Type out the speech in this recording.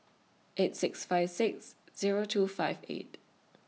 eight six five six Zero two five eight